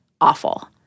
awful